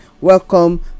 welcome